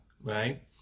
right